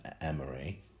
Emery